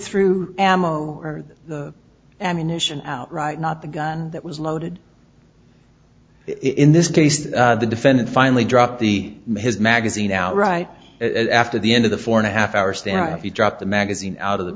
ammo or the ammunition out right not the gun that was loaded in this case the defendant finally dropped the his magazine out right after the end of the four and a half hour stand if you drop the magazine out of the